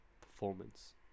performance